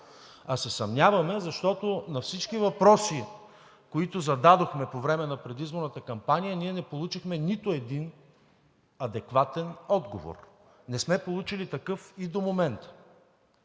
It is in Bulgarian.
А се съмняваме, защото на всички въпроси, които зададохме по време на предизборната кампания, не получихме нито един адекватен отговор. Не сме получили такъв и до момента.